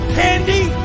candy